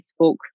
facebook